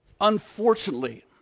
unfortunately